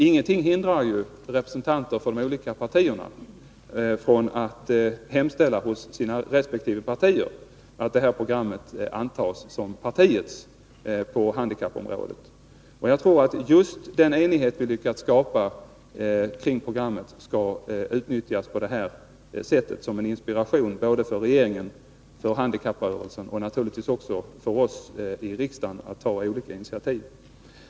Ingenting hindrar ju representanter för de olika partierna från att hemställa hos sina resp. partier att det här programmet antas som partiets program på handikappområdet. Jag tycker att just den enighet vi lyckats skapa kring programmet skall utnyttjas på det här sättet som en inspiration för regeringen, handikapprörelsen och naturligtvis också för oss i riksdagen att ta olika initiativ.